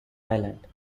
island